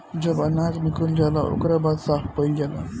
जब अनाज निकल जाला ओकरा बाद साफ़ कईल जाला